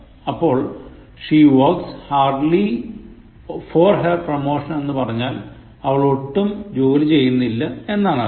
അപ്പോൾ she works hardly for her promotion എന്ന് പറഞ്ഞാൽ അവൾ ഒട്ടും ജോലി ചെയ്യുന്നില്ല എന്നാണർത്ഥം